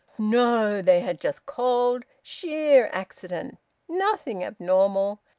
no! they had just called sheer accident nothing abnormal!